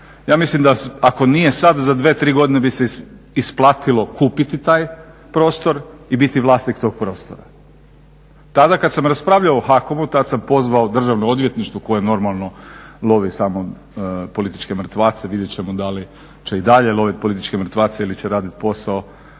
ja mislim ako nije sada za 2, 3 godine bi se isplatilo kupiti taj prostor i biti vlasnik tog prostora. Tada kada sam raspravljao o HAKOM-u tada sam pozvao Državno odvjetništvo koje normalno lovi samo političke mrtvace, vidjet ćemo da li će i dalje loviti političke mrtvace ili će raditi posao